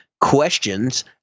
questions